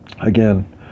again